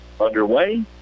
underway